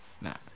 nah